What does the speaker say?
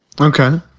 Okay